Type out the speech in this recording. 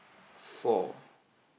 four